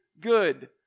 good